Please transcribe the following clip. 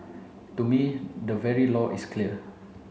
to me the very law is clear